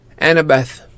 Annabeth